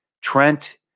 Trent